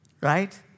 right